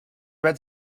red